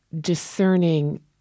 discerning